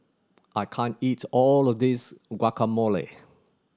I can't eat all of this Guacamole